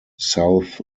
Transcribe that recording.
south